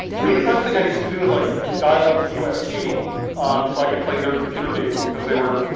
i mean the first thing i used to do was like dial up to usc so i could play their computer games, because they were,